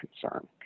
concern